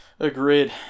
Agreed